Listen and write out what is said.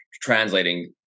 translating